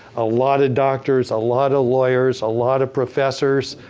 a lot of doctors, a lot of lawyers, a lot of professors.